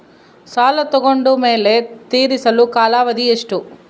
ಸಾಲ ತಗೊಂಡು ಮೇಲೆ ತೇರಿಸಲು ಕಾಲಾವಧಿ ಎಷ್ಟು?